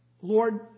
Lord